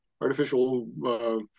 artificial